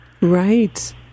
Right